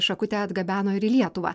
šakutę atgabeno ir į lietuvą